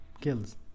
kills